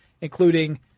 including